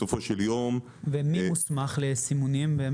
מי מוסמך לסימונים?